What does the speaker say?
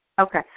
Okay